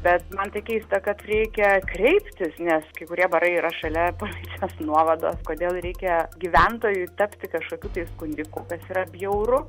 bet man tai keista kad reikia kreiptis nes kai kurie barai yra šalia policijos nuovados kodėl reikia gyventojui tapti kažkokiu tai skundiku kas yra bjauru